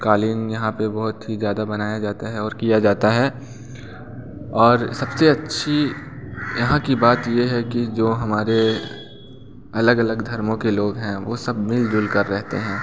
क़ालीन यहाँ पे बहुत ही ज़्यादा बनाया जाता है और किया जाता है और सबसे अच्छी यहाँ की बात ये है कि जो हमारे अलग अलग धर्मों के लोग हैं वो सब मिल जुलकर रहते हैं